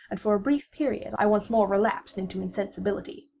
and for a brief period, i once more relapsed into insensibility.